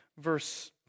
verse